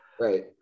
Right